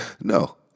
No